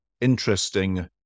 interesting